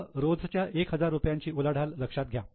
फक्त रोजच्या 1000 रुपयांची उलाढाल लक्षात घ्या